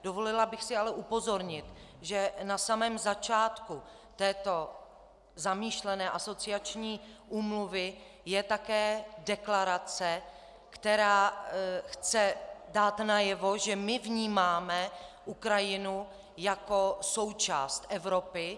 Dovolila bych si ale upozornit, že na samém začátku této zamýšlené asociační úmluvy je také deklarace, která chce dát najevo, že my vnímáme Ukrajinu jako součást Evropy.